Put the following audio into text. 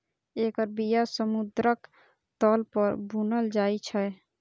एकर बिया समुद्रक तल पर बुनल जाइ छै